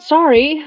Sorry